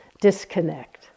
disconnect